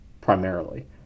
primarily